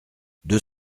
deux